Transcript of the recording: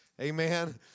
Amen